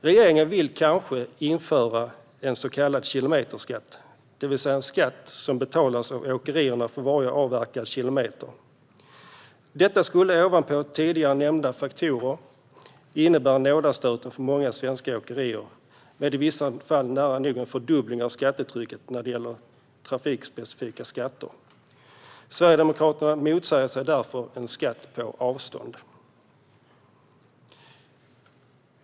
Regeringen vill kanske införa en så kallad kilometerskatt, det vill säga en skatt som betalas av åkerierna för varje avverkad kilometer. Detta skulle ovanpå tidigare nämnda faktorer innebära nådastöten för många svenska åkerier, med i vissa fall en nära nog fördubbling av skattetrycket när det gäller trafikspecifika skatter. Sverigedemokraterna motsätter sig därför en skatt på avstånd.